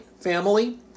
family